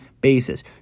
basis